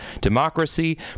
democracy